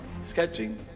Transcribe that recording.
sketching